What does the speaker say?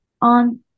on